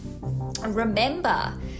Remember